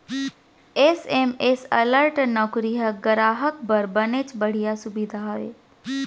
SMS alert नउकरी ह गराहक बर बनेच बड़िहा सुबिधा हे